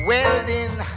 Welding